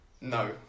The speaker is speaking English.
no